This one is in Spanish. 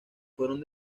fueron